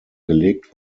gelegt